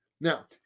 Now